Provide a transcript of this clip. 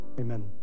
amen